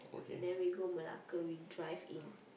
and then we go Malacca with drive in